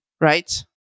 right